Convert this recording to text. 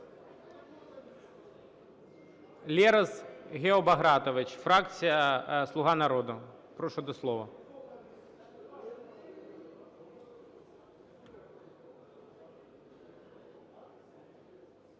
Лерос Гео Багратович, фракція "Слуга народу". Прошу до слова.